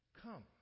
come